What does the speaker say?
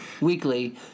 weekly